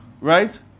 right